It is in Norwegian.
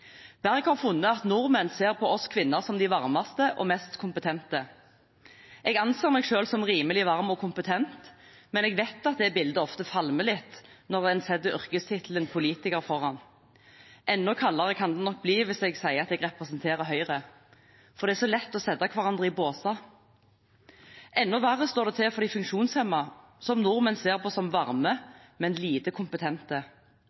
Berg har funnet at nordmenn ser på oss kvinner som de varmeste og mest kompetente. Jeg anser meg selv som rimelig varm og kompetent, men jeg vet at det bildet ofte falmer litt når en setter yrkestittelen politiker foran. Enda kaldere kan det nok bli hvis jeg sier at jeg representerer Høyre – for det er så lett å sette hverandre i båser. Enda verre står det til for de funksjonshemmede, som nordmenn ser på som